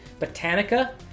Botanica